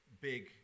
big